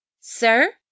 Sir